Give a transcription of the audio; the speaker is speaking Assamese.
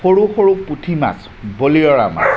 সৰু সৰু পুঠি মাছ বৰিয়লা মাছ